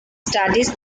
studied